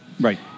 Right